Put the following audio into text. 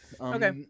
okay